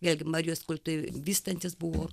vėlgi marijos kultui vystantis buvo